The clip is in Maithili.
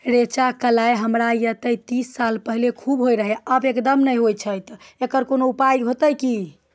रेचा, कलाय हमरा येते तीस साल पहले खूब होय रहें, अब एकदम नैय होय छैय तऽ एकरऽ कोनो उपाय हेते कि?